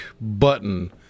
button